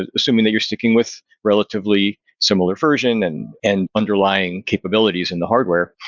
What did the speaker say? ah assuming that you're sticking with relatively similar version and and underlying capabilities in the hardware,